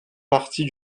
partie